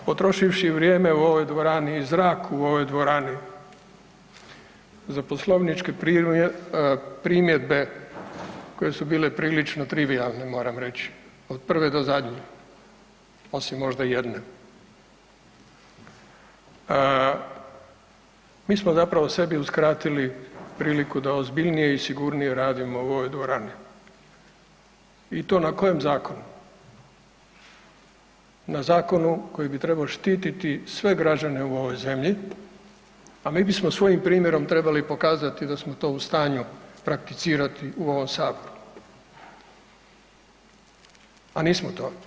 Potrošivši vrijeme u ovoj dvorani i zrak u ovoj dvorani za poslovničke primjedbe koje su bile prilično trivijalne moram reći od prve do zadnje osim možda jedne, mi smo zapravo sebi uskratili priliku da ozbiljnije i sigurnije radimo u ovoj dvorani i to na kojem zakonu, na zakonu koji bi trebao štititi sve građane u ovoj zemlji, a mi bismo svojim primjerom trebali pokazati da smo to u stanju prakticirati u ovom Saboru, a nismo to.